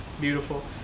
beautiful